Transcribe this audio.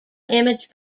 image